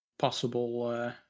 possible